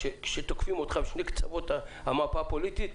כשתוקפים אותך משני הקצוות המפה הפוליטית,